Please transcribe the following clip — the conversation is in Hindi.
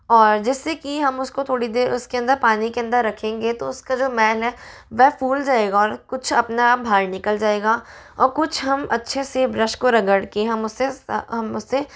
और जिस से कि हम उसको थोड़ी देर उसके अंदर पानी के अंदर रखेंगे तो उसका जो मैल है वह फुल जाएगा और कुछ अपना आप भार निकल जाएगा और कुछ हम अच्छे से ब्रश को रगड़ के हम उस से हम उस से